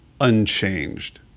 unchanged